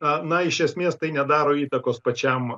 na na iš esmės tai nedaro įtakos pačiam